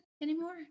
anymore